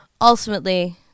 ultimately